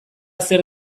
zer